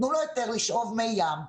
תנו לו היתר לשאוב מי ים,